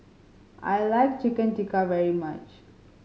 I like Chicken Tikka very much